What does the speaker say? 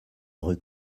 rue